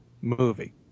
movie